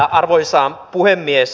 arvoisa puhemies